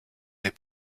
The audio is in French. des